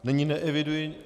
Nyní neeviduji...